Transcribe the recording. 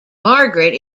margaret